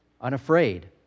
unafraid